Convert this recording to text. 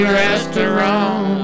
restaurant